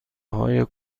های